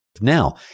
Now